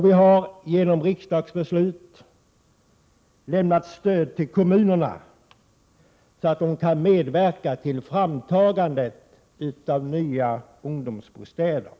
Vi har genom riksdagsbeslut lämnat stöd till kommunerna så att de kan medverka till framtagandet av nya ungdomsbostäder.